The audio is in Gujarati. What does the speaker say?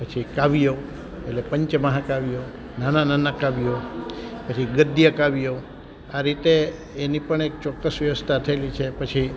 પછી કાવ્યો એટલે પંચમહાકાવ્યો નાના નાના કાવ્યો પછી ગદ્ય કાવ્યો આ રીતે એની પણ એક ચોકસ વ્યવસ્થા થયેલી છે પછી